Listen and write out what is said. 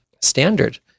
standard